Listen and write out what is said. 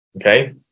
okay